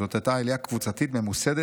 זאת הייתה עלייה קבוצתית ממוסדת,